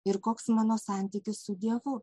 ir koks mano santykis su dievu